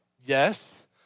Yes